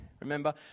Remember